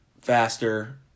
faster